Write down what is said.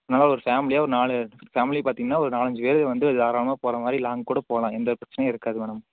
நல்லா ஒரு ஃபேம்லியா ஒரு நாலு ஃபேம்லி பார்த்தீங்கன்னா ஒரு நாலைஞ்சி பேர் வந்து தாராளமாக போகிற மாதிரி லாங்கூட போகலாம் எந்த ஒரு பிரச்சினையும் இருக்காது மேடம்